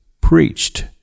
preached